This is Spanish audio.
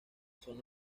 son